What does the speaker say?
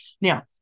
Now